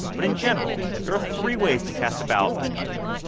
but in general, there are three ways to cast a ballot in this country.